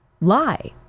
lie